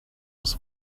was